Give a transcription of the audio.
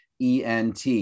ENT